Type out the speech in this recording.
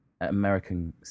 American